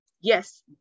Yes